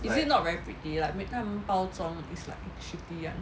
is it not very pretty like me~ 他们包装 is like shitty [one]